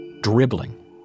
dribbling